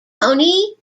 tony